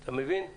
אתה מבין,